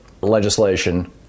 legislation